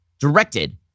directed